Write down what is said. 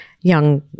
young